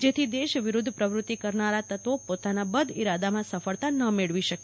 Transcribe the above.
જેથી દેશવિરુધ્ધ પ્રવૃતિ કરતા તત્વો પોતાના બદઇરાદામાં સફળતા ન મેળવી શકે